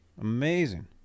Amazing